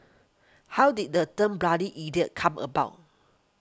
how did the term bloody idiot come about